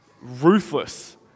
ruthless